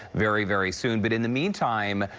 very, very soon but in the meantime,